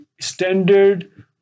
standard